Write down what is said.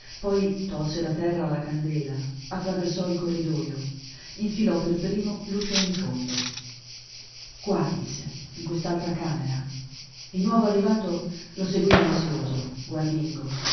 poi tolse da terra la candela attraversò il corridojo infilò per primo l'uscio in fondo qua disse in quest'altra camera il nuovo arrivato lo seguì ansioso guardingo